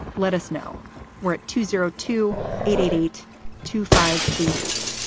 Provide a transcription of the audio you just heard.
let us know where at two zero two eight eight eight two five eight eight.